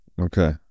okay